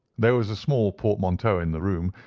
there was a small portmanteau in the room,